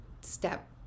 step